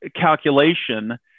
calculation